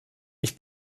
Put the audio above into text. ich